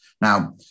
now